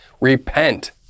Repent